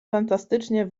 fantastycznie